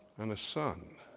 and the sun